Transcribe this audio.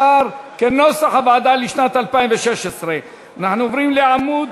לשנת 2016, כנוסח הוועדה.